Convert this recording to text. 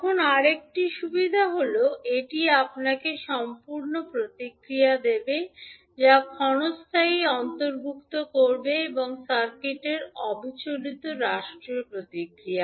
এখন আরেকটি সুবিধা হল এটি আপনাকে সম্পূর্ণ প্রতিক্রিয়া দেবে যা ক্ষণস্থায়ী অন্তর্ভুক্ত করবে এবং সার্কিটের অবিচলিত রাষ্ট্রীয় প্রতিক্রিয়া